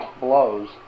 blows